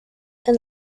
and